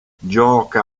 gioca